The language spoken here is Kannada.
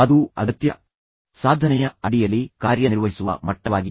ಅದು ಅಗತ್ಯ ಸಾಧನೆಯ ಅಡಿಯಲ್ಲಿ ಕಾರ್ಯನಿರ್ವಹಿಸುವ ಮಟ್ಟವಾಗಿದೆ